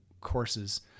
courses